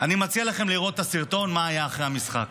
אני מציע לכם לראות את הסרטון, מה היה אחרי המשחק,